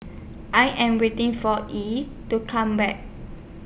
I Am waiting For E to Come Back